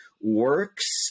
works